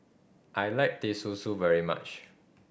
I like Teh Susu very much